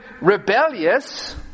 rebellious